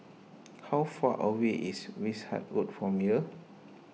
how far away is Wishart Road from here